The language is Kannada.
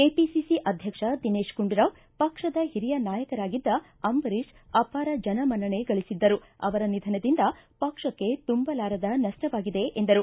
ಕೆಪಿಸಿಸಿ ಅಧ್ಯಕ್ಷ ದಿನೇತ್ ಗುಂಡೂರಾವ್ ಪಕ್ಷದ ಹಿರಿಯ ನಾಯಕರಾಗಿದ್ದ ಅಂಬರೀಷ್ ಅಪಾರ ಜನಮನ್ನಣೆ ಗಳಿಸಿದ್ದರು ಅವರ ನಿಧನದಿಂದ ಪಕ್ಷಕ್ಕೆ ತುಂಬಲಾರದ ನಷ್ಟವಾಗಿದೆ ಎಂದರು